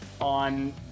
on